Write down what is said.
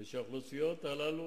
ושהאוכלוסיות הללו,